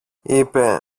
είπε